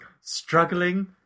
struggling